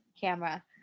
camera